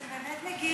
אתם באמת מגיעים,